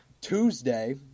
Tuesday